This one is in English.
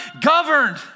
governed